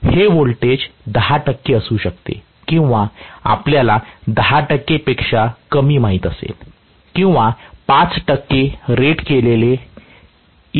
हे व्होल्टेज 10 टक्के असू शकते किंवा आपल्याला 10 टक्के पेक्षा कमी माहित असेल किंवा पाच टक्के रेट केलेले Emf